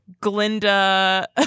Glinda